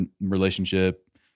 relationship